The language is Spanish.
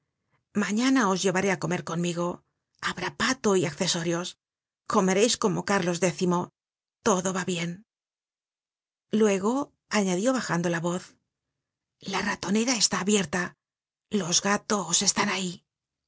mañana os llevaré á comer conmigo habra pato y accesorios comereis como cárlos x todo ya bien luego añadió bajando la voz la ratonera está abierta los gatos están ahí